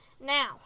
now